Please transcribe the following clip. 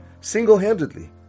single-handedly